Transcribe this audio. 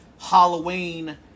Halloween